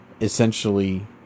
essentially